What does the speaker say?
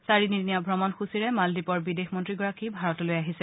চাৰিদিনীয়া ভ্ৰমণসূচীৰে মালদ্বীপৰ বিদেশ মন্ত্ৰী গৰাকী ভাৰতলৈ আহিছে